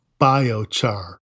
biochar